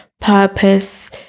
purpose